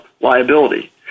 liability